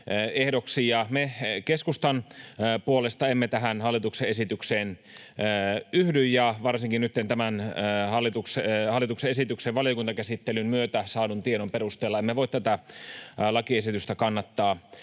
Me keskustan puolesta emme tähän hallituksen esitykseen yhdy. Varsinkaan nytten tämän hallituksen esityksen valiokuntakäsittelyn myötä saadun tiedon perusteella emme voi tätä lakiesitystä kannattaa